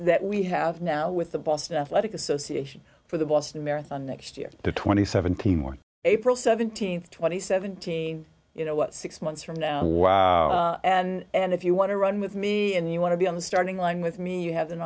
that we have now with the boston athletic association for the boston marathon next year the twenty seven team or april seventeenth twenty seventeen you know what six months from now and if you want to run with me and you want to be on the starting line with me you have an